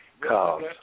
calls